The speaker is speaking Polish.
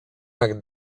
jak